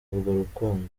rukundo